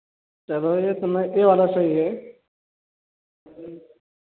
चलो इतना यह वाला सही है